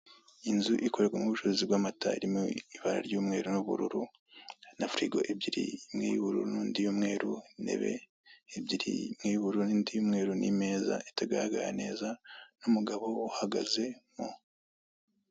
Inzu ikorerwa ubucuruzi bw'amata, irimo ibara ry'umweru n'ubururu n'afirigo ebyiri, imwe y'ubururu n'indi y'umweru, intebe ebyiri imwe y'ububuru n'indi y'umweru, n'imeza itagaragara neza, n'umugabo uhagazemo.